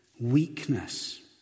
weakness